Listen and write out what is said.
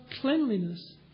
cleanliness